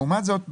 לעומת זאת,